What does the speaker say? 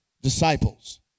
Disciples